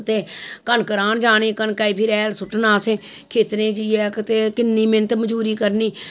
ते कनक राह्न जानी फ्ही कनके गी हैल सु'ट्टना असें खेत्तें च जाइयै ते किन्नी मैंह्नत मजूरी करनी